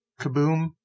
kaboom